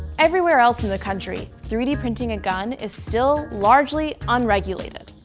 everywhere else in the country, three d printing a gun is still largely unregulated.